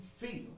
feel